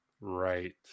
right